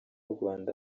rwanda